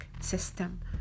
system